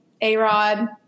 A-Rod